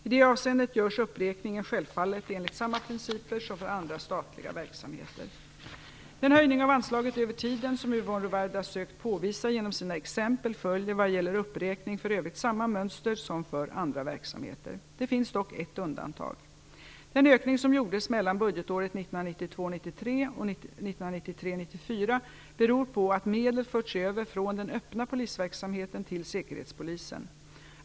I det avseendet görs uppräkningen självfallet enligt samma principer som för andra statliga verksamheter. Den höjning av anslagen över tiden som Yvonne Ruwaida sökt påvisa genom sina exempel följer vad gäller uppräkning för övrigt samma mönster som för andra verksamheter. Det finns dock ett undantag. Den ökning som gjordes mellan budgetåren 1992 94 beror på att medel förts över från den öppna polisverksamheten till säkerhetspolisen.